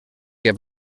que